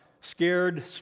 scared